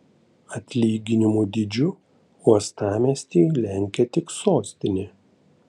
atlyginimų dydžiu uostamiestį lenkia tik sostinė